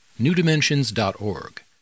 newdimensions.org